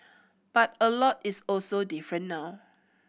but a lot is also different now